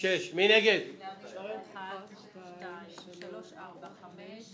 מי בעד הצעה 8 של קבוצת סיעת הרשימה המשותפת?